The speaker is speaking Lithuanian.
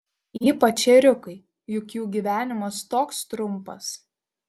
ypač ėriukai juk jų gyvenimas toks trumpas